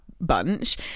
bunch